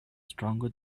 stronger